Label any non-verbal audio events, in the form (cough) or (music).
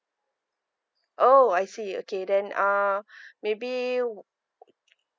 oh I see okay then uh (breath) maybe